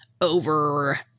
over